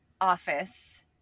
office